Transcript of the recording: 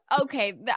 okay